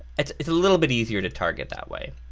it's it's a little bit easier to target that way.